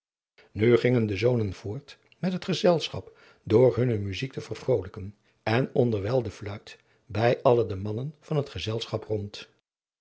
nu gingen de zonen voort met het gezelschap door hunne muzijk te vervrolijken en onderwijl de fluit bij alle de mannen van het gezelschap rond